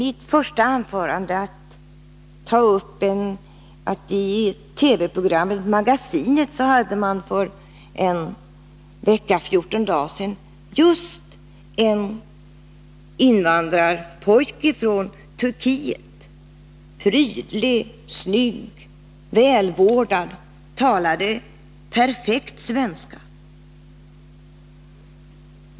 I TV-programmet Magasinet hade man för ett par veckor sedan ett reportage om en invandrarpojke från Turkiet — prydlig, snygg, välvårdad, talade perfekt svenska.